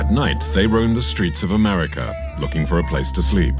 at night they roam the streets of america looking for a place to sleep